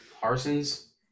Parsons